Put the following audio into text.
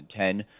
2010